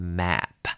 map